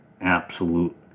absolute